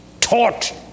taught